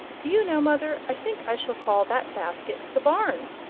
do you know, mother, i think i shall call that basket the barn.